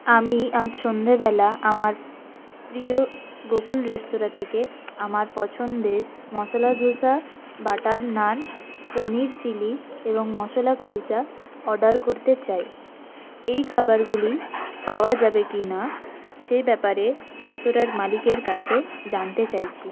আমি আজ সন্ধেবেলা আমার প্রিয় গোকুল রেস্তরাঁ থেকে আমার পছন্দের মশলা ধোসা বাটার নান পনির চিলি এবং মশলা কুলচা অর্ডার করতে চাই এই খাবারগুলি পাওয়া যাবে কি না সে ব্যাপারে রেস্তরাঁর মালিকের কাছে জানতে চাইছি